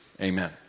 amen